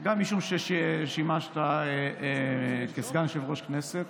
גם משום ששימשת סגן יושב-ראש כנסת